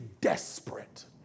desperate